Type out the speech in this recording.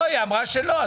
לא, היא אמרה שלא.